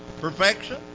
perfection